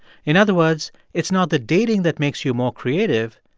in other words, it's not the dating that makes you more creative,